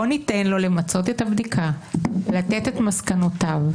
בוא ניתן לו למצות את הבדיקה, לתת את מסקנותיו.